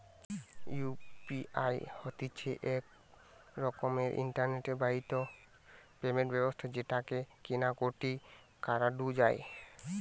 UPI হতিছে এক রকমের ইন্টারনেট বাহিত পেমেন্ট ব্যবস্থা যেটাকে কেনা কাটি করাঢু যায়